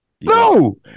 No